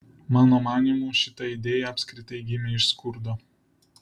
mano manymu šita idėja apskritai gimė iš skurdo